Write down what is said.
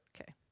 okay